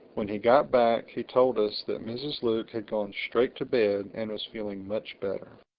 when he got back he told us that mrs. luke had gone straight to bed and was feeling much better.